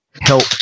help